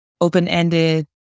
open-ended